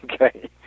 okay